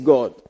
God